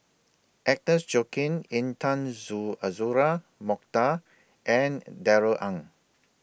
Agnes Joaquim Intan Zoo Azura Mokhtar and Darrell Ang